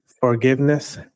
forgiveness